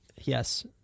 Yes